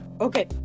Okay